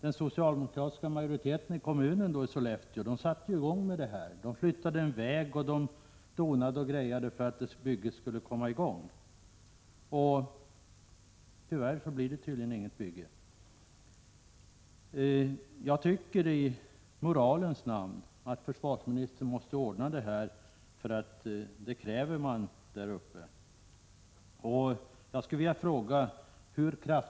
Den socialdemokratiska majoriteten i Sollefteå kommun satte i gång med planeringen för motorgården. Man flyttade en väg, donade och grejade för att bygget skulle komma i gång. Tyvärr blir det tydligen inget bygge. Jag tycker att försvarsministern i moralens namn måste ordna det här. Det kräver man där uppe.